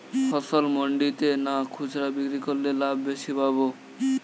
ফসল মন্ডিতে না খুচরা বিক্রি করলে লাভ বেশি পাব?